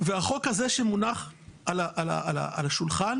החוק הזה שמונח על השולחן